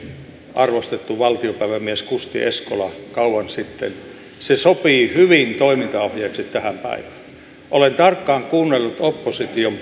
arvostettu valtiopäivämies kusti eskola kauan sitten se sopii hyvin toimintaohjeeksi tähän päivään olen tarkkaan kuunnellut opposition